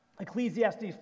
Ecclesiastes